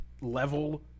level